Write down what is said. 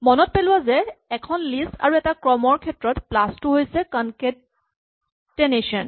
মনত পেলোৱা যে এখন লিষ্ট আৰু এটা ক্ৰমৰ ক্ষেত্ৰত প্লাচ টো হৈছে কনকেটেনেচন